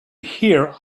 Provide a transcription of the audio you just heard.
hear